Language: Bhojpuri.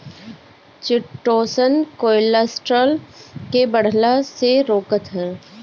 चिटोसन कोलेस्ट्राल के बढ़ला से रोकत हअ